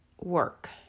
work